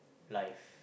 life